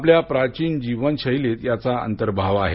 आपल्या प्राचीन जीवनशैलीत याचा अंतर्भाव आहे